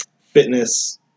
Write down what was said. fitness